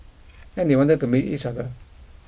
and they wanted to meet each other